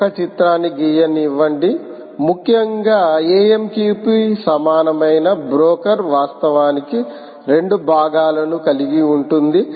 ఒక చిత్రాన్ని గీయనివ్వండి ముఖ్యంగా AMQP సమానమైన బ్రోకర్ వాస్తవానికి 2 భాగాలను కలిగి ఉంటుంది